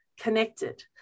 connected